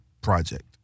project